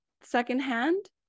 secondhand